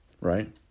right